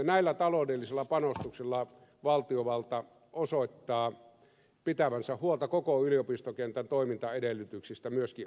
näillä taloudellisilla panostuksilla valtiovalta osoittaa pitävänsä huolta koko yliopistokentän toimintaedellytyksistä myöskin alueellisesti